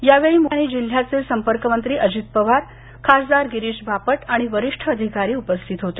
यावेळी उपमुख्यमंत्री आणि जिल्ह्याचे संपर्क मंत्री अजित पवार खासदार गिरीश बापट आणि वरिष्ठ अधिकारी उपस्थित होते